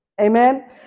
Amen